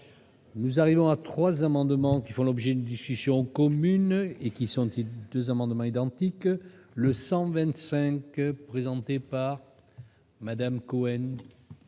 Nous arrivons à 3 amendements qui font l'objet d'une discussion commune et qui sont-ils, 2 amendements identiques, le 125 présentée par. Madame Cohen.